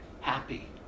happy